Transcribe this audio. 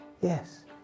Yes